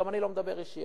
גם אני לא מדבר אישי.